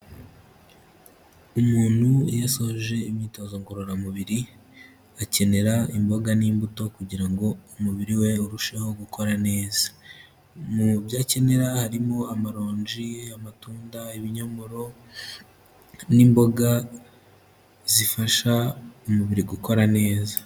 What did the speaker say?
Umuntu iyo asoje imyitozo ngororamubiri, akenera imboga n'imbuto, kugira ngo umubiri we urusheho gukora neza, mu byo akenera harimo amaronji, amatunda, ibinyomoro n'imboga zifasha umubiri gukora neza.